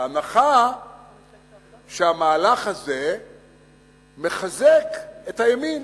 בהנחה שהמהלך הזה מחזק את הימין.